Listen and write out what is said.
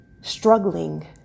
struggling